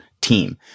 team